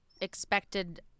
expected